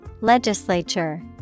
Legislature